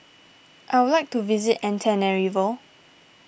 I would like to visit Antananarivo